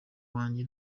wanjye